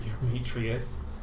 Demetrius